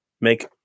make